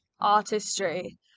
artistry